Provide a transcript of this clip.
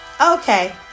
Okay